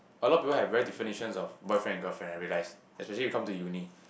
a lot of people have very definitions of boyfriend and girlfriend I realise especially you come to uni